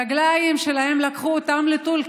הרגליים שלהם לקחו אותם לטול כרם,